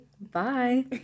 bye